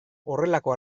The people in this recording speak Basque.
horrelako